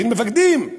של מפקדים,